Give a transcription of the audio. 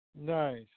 Nice